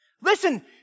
Listen